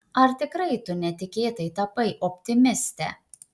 ar tikrai tu netikėtai tapai optimiste